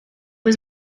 was